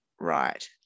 right